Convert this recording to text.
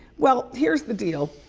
well, here's the deal.